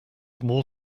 more